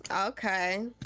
Okay